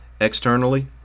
Externally